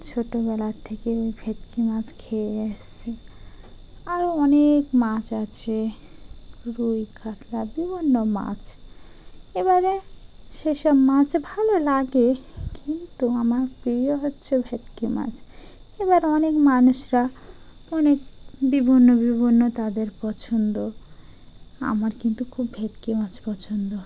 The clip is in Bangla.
ছোটোবেলা থেকে ওই ভেটকি মাছ খেয়ে আসছি আরও অনেক মাছ আছে রুই কাতলা বিভিন্ন মাছ এবারে সেসব মাছ ভালো লাগে কিন্তু আমার প্রিয় হচ্ছে ভেটকি মাছ এবার অনেক মানুষরা অনেক বিভিন্ন বিভিন্ন তাদের পছন্দ আমার কিন্তু খুব ভেটকি মাছ পছন্দ